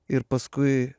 ir paskui